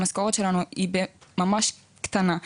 המשכורות שלנו ממש קטנות,